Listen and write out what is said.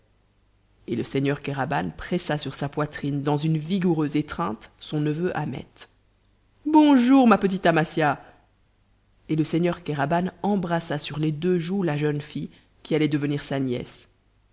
et le seigneur kéraban pressa sur sa poitrine dans une vigoureuse étreinte son neveu ahmet bonjour ma petite amasia et le seigneur kéraban embrassa sur les deux joues la jeune fille qui allait devenir sa nièce